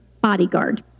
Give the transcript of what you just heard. bodyguard